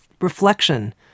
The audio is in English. reflection